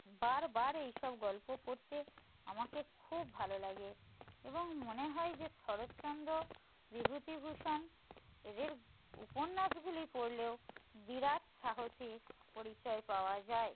বারবার এইসব গল্প পড়তে আমাকে খুব ভালো লাগে এবং মনে হয় যে শরৎচন্দ্র বিভূতিভূষণ এদের উপন্যাসগুলি পড়লেও বিরাট সাহসের পরিচয় পাওয়া যায়